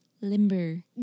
limber